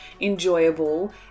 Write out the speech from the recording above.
enjoyable